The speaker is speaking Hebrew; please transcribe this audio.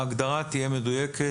ההגדרה תהיה מדויקת,